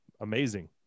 amazing